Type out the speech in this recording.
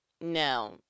No